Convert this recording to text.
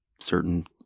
certain